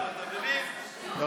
אדוני היושב-ראש, הוא